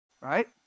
Right